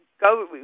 go